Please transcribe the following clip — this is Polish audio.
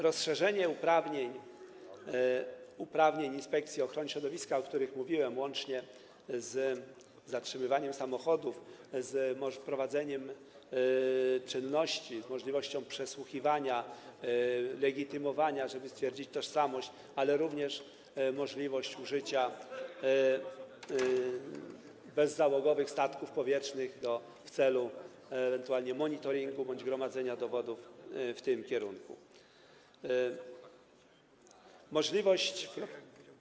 Rozszerzenie uprawnień Inspekcji Ochrony Środowiska, o którym mówiłem - łącznie z zatrzymywaniem samochodów, z prowadzeniem czynności, z możliwością przesłuchiwania, legitymowania, żeby stwierdzić tożsamość, ale również możliwością użycia bezzałogowych statków powietrznych w celu ewentualnie monitoringu bądź gromadzenia dowodów w związku z tym.